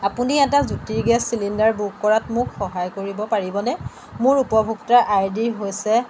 আপুনি এটা Jyoti gas cylinder book কৰাত মোক সহায় কৰিব পাৰিবনে মোৰ উপভোক্তা আইডি হৈছে